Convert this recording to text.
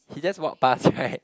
he just walk past right